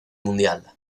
mundial